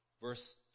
verse